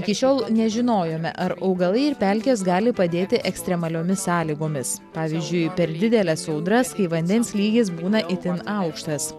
iki šiol nežinojome ar augalai ir pelkės gali padėti ekstremaliomis sąlygomis pavyzdžiui per dideles audras kai vandens lygis būna itin aukštas